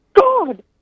god